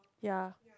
ya